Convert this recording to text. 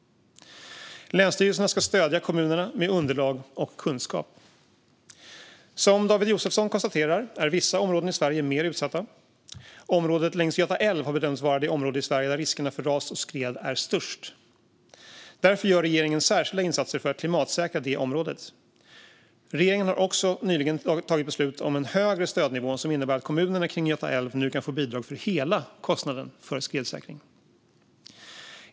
Länsstyrelserna ska stödja kommunerna med underlag och kunskap. Som David Josefsson konstaterar är vissa områden i Sverige mer utsatta. Området längs Göta älv har bedömts vara det område i Sverige där riskerna för ras och skred är störst. Därför gör regeringen särskilda insatser för att klimatsäkra det området. Regeringen har också nyligen tagit beslut om en högre stödnivå som innebär att kommunerna kring Göta älv nu kan få bidrag för hela kostnaden för skredsäkring.